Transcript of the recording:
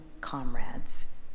comrades